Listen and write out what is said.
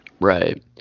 Right